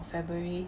february